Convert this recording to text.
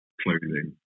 clothing